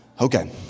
Okay